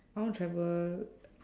I want to travel